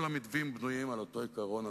כל המתווים בנויים על אותו עיקרון,